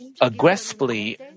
aggressively